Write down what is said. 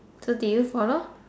so did you follow